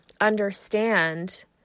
understand